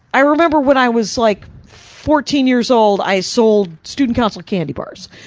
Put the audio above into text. i remember when i was like fourteen years old, i sold student council candy bars.